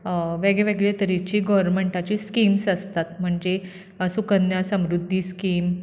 वेगळे वेगळे तरेचे गोवर्मेंटाची स्किम्ज आसतात म्हणजे सुकन्या समृध्दी स्किम